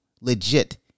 legit